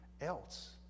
else